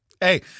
Hey